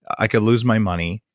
i could lose my money.